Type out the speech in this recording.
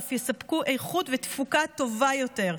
אף יספקו איכות ותפוקה טובות יותר.